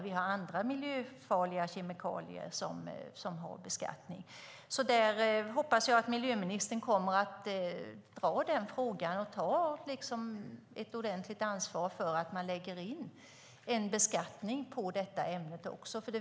Vi har andra miljöfarliga kemikalier som beskattas. Jag hoppas att miljöministern kommer att ta upp den frågan och ta ett ordentligt ansvar för att man lägger en beskattning på detta ämne också.